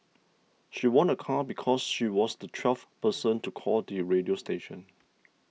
she won a car because she was the twelfth person to call the radio station